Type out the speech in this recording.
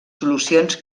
solucions